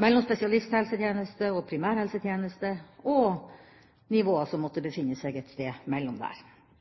mellom spesialisthelsetjeneste og primærhelsetjeneste og nivåene som måtte befinne seg et sted mellom der